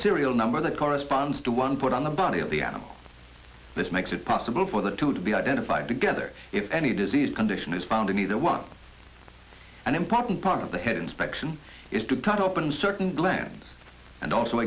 serial number that corresponds to one put on the body of the animal this makes it possible for the two to be identified together if any disease condition is found in either one an important part of the head inspection is to cut open certain glands and also